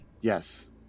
Yes